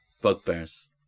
bugbears